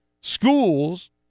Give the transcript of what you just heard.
schools